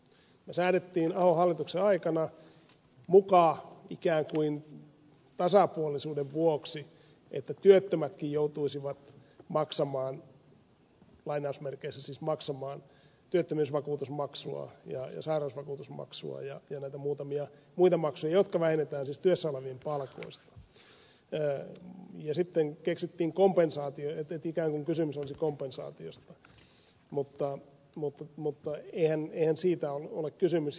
se säädettiin ahon hallituksen aikana muka ikään kuin tasapuolisuuden vuoksi että työttömätkin joutuisivat maksamaan lainausmerkeissä siis maksamaan työttömyysvakuutusmaksua ja sairausvakuutusmaksua ja näitä muutamia muita maksuja jotka vähennetään siis työssä olevien palkoista ja sitten keksittiin kompensaatio että ikään kuin kysymys olisi kompensaatiosta mutta eihän siitä ole kysymys